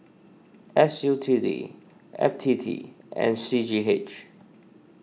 S U T D F T T and C G H